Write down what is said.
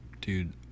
Dude